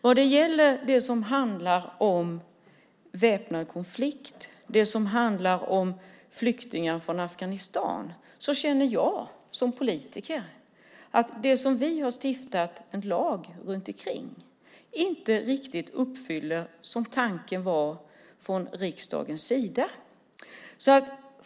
Vad gäller det som handlar om väpnad konflikt och det som handlar om flyktingar från Afghanistan känner jag som politiker att det som vi har stiftat en lag om inte riktigt uppfyller det som var tanken från riksdagens sida.